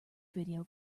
video